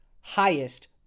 highest